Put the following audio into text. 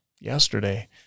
yesterday